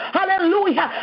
hallelujah